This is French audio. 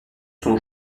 son